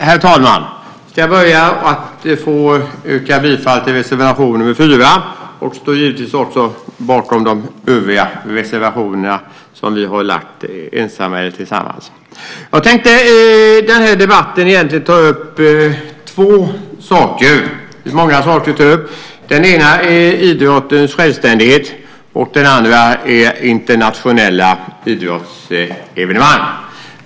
Herr talman! Jag börjar med att yrka bifall till reservation 4, men givetvis står jag bakom också de övriga reservationer som vi har lagt fram, ensamma eller tillsammans med andra. I den här debatten tänkte jag egentligen ta upp två saker, även om det finns många saker att ta upp. Den ena saken gäller idrottens självständighet, och den andra gäller internationella idrottsevenemang.